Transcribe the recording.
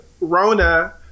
Rona